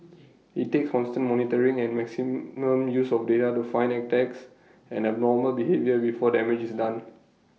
IT takes constant monitoring and maximum use of data to find attacks and abnormal behaviour before damage is done